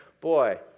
Boy